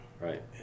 right